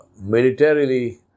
militarily